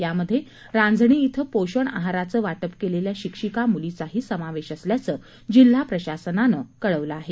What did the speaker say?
यामध्ये रांजणी इथं पोषण आहाराचं वाटप केलेल्या शिक्षिका मुलीचाही समावेश असल्याच जिल्हा प्रशासनानं प्रशासनानं कळवलं आहे